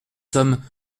sommes